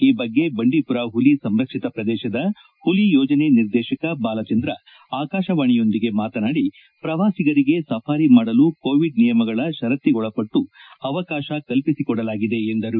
ಈ ಬಗ್ಗೆ ಬಂಡೀಪುರ ಹುಲಿ ಸಂರಕ್ಷಿತ ಪ್ರದೇಶದ ಹುಲಿ ಯೋಜನೆ ನಿರ್ದೇಶಕ ಬಾಲಚಂದ್ರ ಆಕಾಶವಾಣಿಯೊಂದಿಗೆ ಮಾತನಾಡಿ ಪ್ರವಾಸಿಗರಿಗೆ ಸಫಾರಿ ಮಾಡಲು ಕೋವಿಡ್ ನಿಯಮಗಳ ಪರತ್ತಿಗೊಳಪಟ್ಟು ಅವಕಾಶ ಕಲ್ಪಿಸಿಕೊಡಲಾಗಿದೆ ಎಂದರು